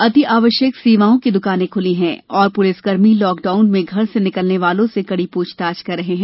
अतिआवश्यक सेवाओं की दुकाने खुली हैं और पुलिसकर्मी लॉकडाउन में घर से निकलने वालों से कड़ी पुछताछ कर रहे हैं